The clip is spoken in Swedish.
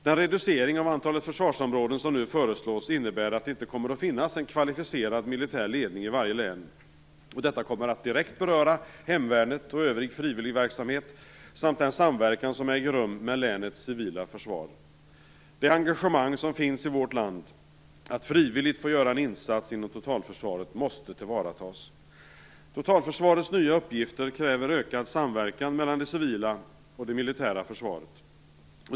Den reducering av antalet försvarsområden som nu föreslås innebär att det inte kommer att finnas en kvalificerad militär ledning i varje län. Detta kommer att direkt beröra hemvärnet och övrig frivilligverksamhet samt den samverkan som äger rum med länets civila försvar. Det engagemang som finns i vårt land att frivilligt få göra en insats inom totalförsvaret måste tillvaratas. Totalförsvarets nya uppgifter kräver ökad samverkan mellan det civila och det militära försvaret.